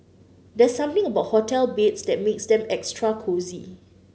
there's something about hotel beds that makes them extra cosy